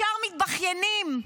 ישר מתבכיינים.